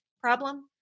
problem